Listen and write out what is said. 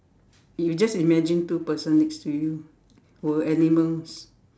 you just imagine two person next to you were animals